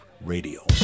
Radio